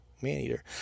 Man-eater